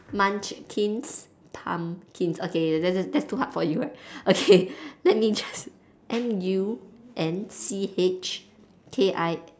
munchkins pumpkins okay that that that's too hard for you right okay let me just M U N C H K I